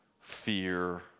fear